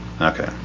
Okay